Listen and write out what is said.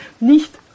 nicht